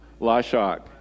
Lashock